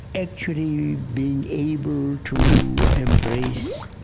actually being able to embrace.